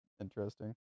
interesting